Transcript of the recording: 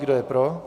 Kdo je pro?